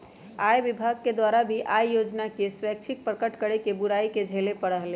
आय विभाग के द्वारा भी आय योजना के स्वैच्छिक प्रकट करे के बुराई के झेले पड़ा हलय